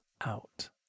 out